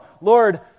Lord